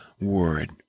Word